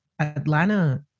Atlanta